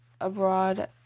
abroad